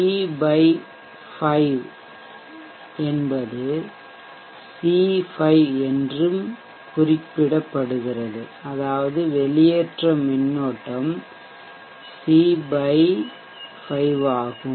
C by 5 என்பது C 5 என்றும் குறிக்கப்படுகிறது அதாவது வெளியேற்ற மின்னோட்டம் சி 5 ஆகும்